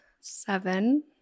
seven